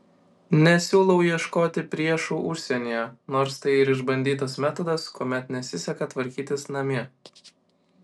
nesiūlau ieškoti priešų užsienyje nors tai ir išbandytas metodas kuomet nesiseka tvarkytis namie